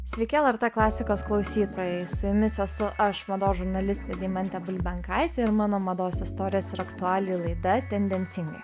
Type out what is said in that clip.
sveiki lrt klasikos klausytojai su jumis esu aš mados žurnalistė deimantė bulbenkaitė ir mano mados istorijos ir aktualijų laida tendencingai